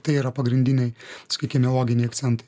tai yra pagrindiniai sakykime loginiai akcentai